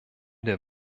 der